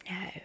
No